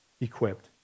equipped